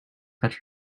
fetch